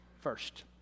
first